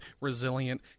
resilient